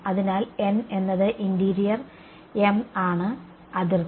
അതിനാൽ n എന്നത് interior m ആണ് അതിർത്തി